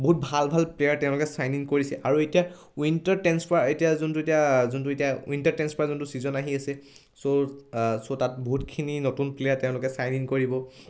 বহুত ভাল ভাল প্লেয়াৰ তেওঁলোকে চাইন ইন কৰিছে আৰু এতিয়া উইণ্টাৰ টেঞ্চপাৰ এতিয়া যোনটো এতিয়া যোনটো এতিয়া উইণ্টাৰ টেঞ্চপাৰ যোনটো ছিজন আহি আছে চ' চ' তাত বহুতখিনি নতুন প্লেয়াৰ তেওঁলোকে চাইন ইন কৰিব